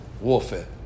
warfare